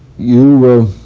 you. oh,